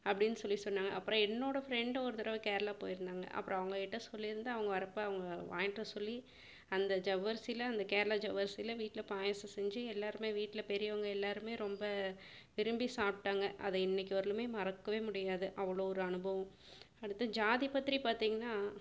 அப்படின்னு சொல்லி சொன்னாங்க அப்புறம் என்னோடய ஃப்ரெண்டு ஒரு தடவை கேரளா போயிருந்தாங்க அப்புறம் அவங்ககிட்ட சொல்லியிருந்தேன் அவங்க வர்றப்ப அவங்க வாங்கிட்டு வர சொல்லி அந்த ஜவ்வரிசியில் அந்த கேரளா ஜவ்வரிசியில் வீட்டில் பாயாசம் செஞ்சு எல்லோருமே வீட்டில் பெரியவங்க எல்லோருமே ரொம்ப விரும்பி சாப்பிட்டாங்க அதை இன்றைக்கி வரைலேயுமே மறக்கவே முடியாது அவ்வளோ ஒரு அனுபவம் அடுத்து ஜாதிபத்ரி பார்த்தீங்கன்னா